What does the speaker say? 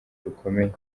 rukomeye